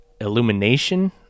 Illumination